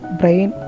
brain